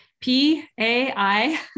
P-A-I